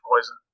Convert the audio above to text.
poison